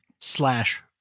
Slash